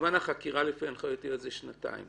זמן החקירה לפי הנחיות יועץ זה שנתיים.